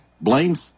blame